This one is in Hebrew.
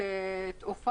תודה.